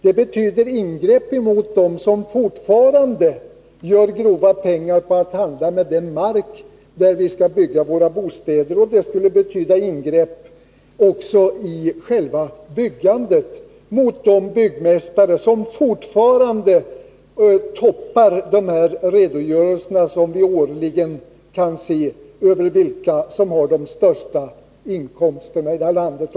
Det betyder ingrepp mot dem som fortfarande gör grova pengar på handel med den mark på vilken vi skall bygga våra bostäder och det betyder ingrepp i själva byggandet mot de byggmästare som fortfarande toppar de redogörelser som vi årligen kan se över vilka som har de största inkomsterna i landet.